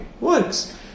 works